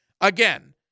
Again